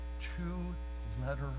two-letter